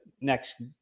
next